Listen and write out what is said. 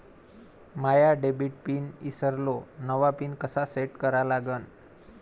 माया debit pin ईसरलो, नवा pin कसा सेट करा लागन?